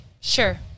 Sure